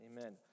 amen